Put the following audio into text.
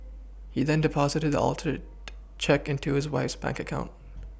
he then Deposited the altered cheque into his wife's bank account